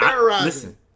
Listen